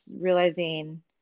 realizing